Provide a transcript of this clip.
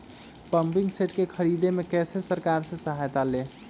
Pumping set के ख़रीदे मे कैसे सरकार से सहायता ले?